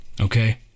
Okay